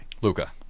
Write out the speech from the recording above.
Luca